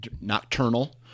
nocturnal